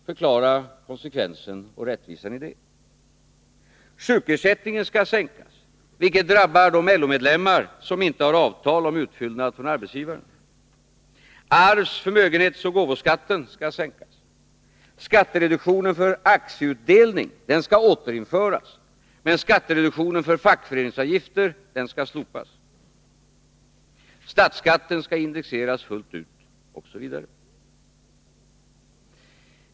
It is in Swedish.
Förklara konsekvensen och rättvisan i det! Sjukersättningen skall sänkas, vilket drabbar de LO-medlemmar som inte har avtal om utfyllnad från arbetsgivaren. Arvs-, förmögenhetsoch gåvoskatterna skall sänkas. Skattereduktionen för aktieutdelning skall återinföras, men skattereduktionen för fackföreningsavgifter skall slopas. Statsskatten skall indexeras fullt ut, osv.